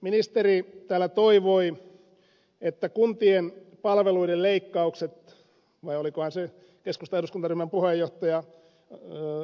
ministeri täällä toivoi että kuntien palveluiden leikkaukset vai olikohan se keskustan eduskuntaryhmän puheenjohtaja ed